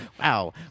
Wow